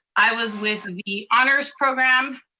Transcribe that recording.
i was with the honor's program,